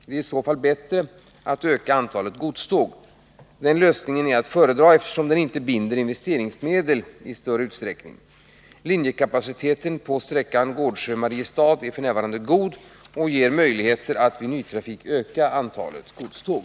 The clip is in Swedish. Det är i så fall bättre att öka antalet godståg. Denna lösning är att föredra eftersom den inte binder investeringsmedel i större utsträckning. Linjekapaciteten på sträckan Gårdsjö-Mariestad är f. n. god och ger möjligheter att vid nytrafik öka antalet godståg.